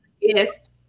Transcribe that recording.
yes